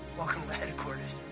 welcome to the headquarters.